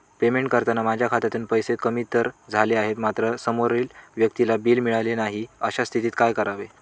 Payment करताना माझ्या खात्यातून पैसे कमी तर झाले आहेत मात्र समोरील व्यक्तीला बिल मिळालेले नाही, अशा स्थितीत काय करावे?